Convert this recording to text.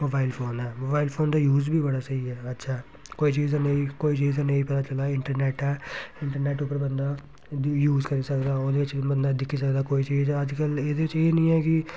mobile phone ऐ mobile phone दा use बी बड़ा स्हेई ऐ अच्छा ऐ कोई चीज़ नेईं कोई चीज़ दा नेईं पता चलदी इंटरनेट ऐ इंटरनेट उप्पर बंदा यूज़ करी सकदा ओह्दे च बी बंदा दिक्खी सकदा कोई चीज़ अज्जकल एह्दे बिच्च एह् नी ऐ कि